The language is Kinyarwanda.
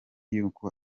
y’uko